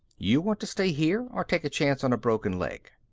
you want to stay here or take a chance on a broken leg?